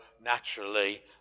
naturally